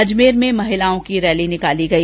अजमेर में महिलाओं की रैली निकाली गई